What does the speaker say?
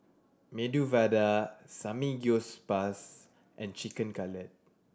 Medu Vada Samgyeopsal and Chicken Cutlet